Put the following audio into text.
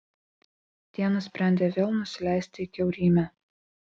tie nusprendė vėl nusileisti į kiaurymę